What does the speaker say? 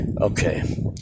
Okay